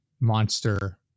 monster